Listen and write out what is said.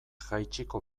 jaitsiko